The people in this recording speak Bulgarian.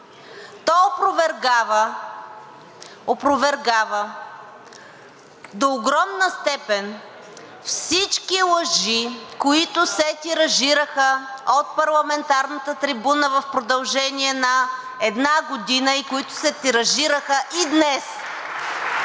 то опровергава до огромна степен всички лъжи, които се тиражираха от парламентарната трибуна в продължение на една година и които се тиражираха и днес